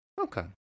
Okay